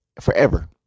forever